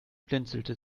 blinzelte